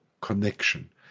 connection